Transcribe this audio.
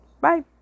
bye